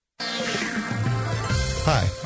Hi